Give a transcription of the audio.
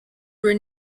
were